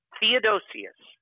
Theodosius